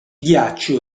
ghiaccio